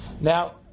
Now